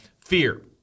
Fear